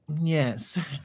Yes